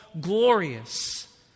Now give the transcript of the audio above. glorious